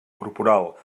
corporal